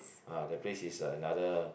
ah that place is another